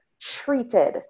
treated